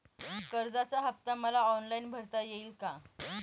कर्जाचा हफ्ता मला ऑनलाईन भरता येईल का?